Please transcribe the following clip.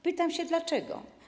Pytam się: Dlaczego?